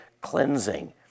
cleansing